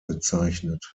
bezeichnet